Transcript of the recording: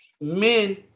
men